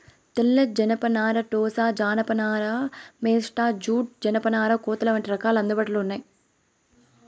తెల్ల జనపనార, టోసా జానప నార, మేస్టా జూట్, జనపనార కోతలు వంటి రకాలు అందుబాటులో ఉన్నాయి